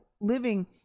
living